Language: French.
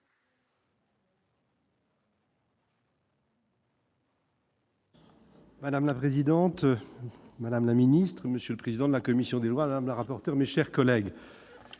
Madame la présidente, madame la ministre, monsieur le président de la commission, madame la rapporteur, mes chers collègues,